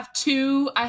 two